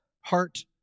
heart